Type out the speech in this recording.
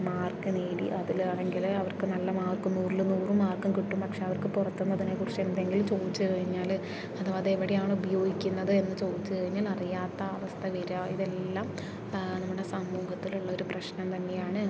mark നേടി അതിലാണെങ്കിൽ അവർക്ക് നല്ല മാർക്കും നൂറില് നൂറ് മാർക്കും കിട്ടും പക്ഷേ അവർക്ക് പുറത്തുന്ന് ഇതിനെക്കുറിച്ച് എന്തെങ്കിലും ചോദിച്ചു കഴിഞ്ഞാൽ അഥവാ അതെവിടെയാണ് ഉപയോഗിക്കുന്നത് എന്ന് ചോദിച്ചു കഴിഞ്ഞാൽ അറിയാത്ത അവസ്ഥ വരിക ഇതെല്ലാം നമ്മുടെ സമൂഹത്തിലുള്ളൊരു പ്രശ്നം തന്നെയാണ്